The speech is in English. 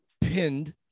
pinned